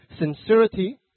sincerity